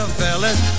fellas